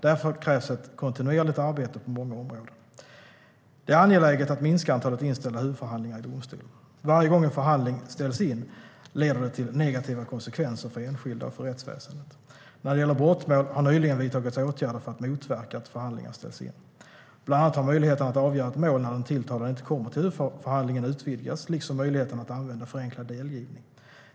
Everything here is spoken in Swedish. Därför krävs ett kontinuerligt arbete på många områden. Det är angeläget att minska antalet inställda huvudförhandlingar i domstol. Varje gång en förhandling ställs in leder det till negativa konsekvenser för enskilda och för rättsväsendet. När det gäller brottmål har det nyligen vidtagits åtgärder för att motverka att förhandlingar ställs in. Bland annat har möjligheten att avgöra ett mål när den tilltalade inte kommer till huvudförhandlingen utvidgats, liksom möjligheten att använda förenklad delgivning.